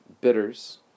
Bitters